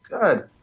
Good